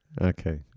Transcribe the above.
Okay